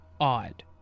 odd